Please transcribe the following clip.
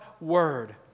word